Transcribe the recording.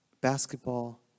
basketball